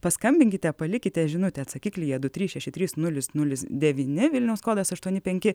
paskambinkite palikite žinutę atsakiklyje du trys šeši trys nulis nulis devyni vilniaus kodas aštuoni penki